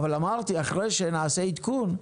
אבל אמרתי אחרי שנעשה עדכון,